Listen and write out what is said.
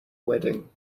wedding